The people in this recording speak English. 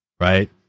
right